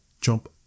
jump